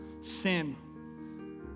sin